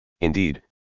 Indeed